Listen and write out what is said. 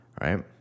Right